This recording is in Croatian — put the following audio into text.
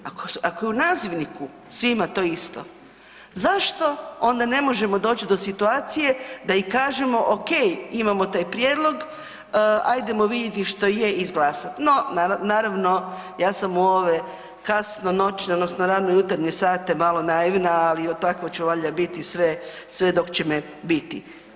Ako je u nazivniku svima to isto zašto onda ne možemo doći do situacije da i kažemo ok, imamo taj prijedlog ajdemo vidjeti što je i izglasat, no naravno ja sam u ove kasno noćne odnosno rano jutarnje sate malo naivna, ali takva ću valjda biti sve dok će me biti.